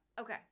Okay